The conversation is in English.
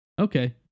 Okay